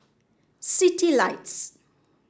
citylights